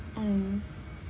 mm